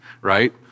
right